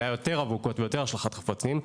היה יותר אבוקות ויותר השלכת חפצים,